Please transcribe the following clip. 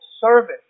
service